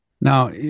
now